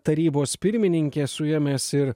tarybos pirmininkė su ja mes ir